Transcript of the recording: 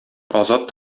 азат